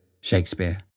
Shakespeare